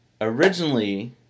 Originally